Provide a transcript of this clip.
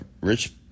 rich